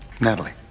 Natalie